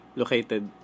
located